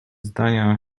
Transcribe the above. zdania